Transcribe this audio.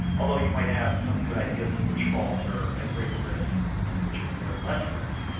although you might have some good ideas of which faults are at greater risk and and which ones are at less risk.